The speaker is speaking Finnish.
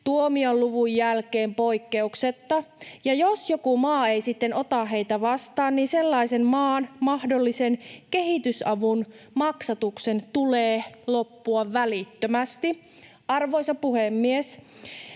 tuomionluvun jälkeen poikkeuksetta, ja jos joku maa ei sitten ota heitä vastaan, niin sellaisen maan mahdollisen kehitysavun maksatuksen tulee loppua välittömästi. Arvoisa puhemies!